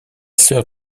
sœur